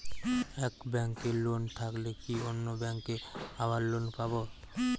এক ব্যাঙ্কে লোন থাকলে কি অন্য ব্যাঙ্কে আবার লোন পাব?